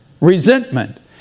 resentment